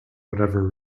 whatever